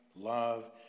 love